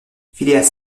phileas